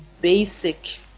basic